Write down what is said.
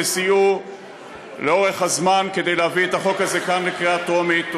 שסייעו לאורך זמן להביא את החוק הזה כאן לקריאה טרומית,